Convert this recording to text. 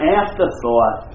afterthought